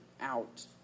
out